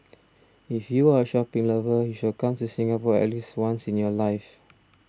if you are a shopping lover you should come to Singapore at least once in your life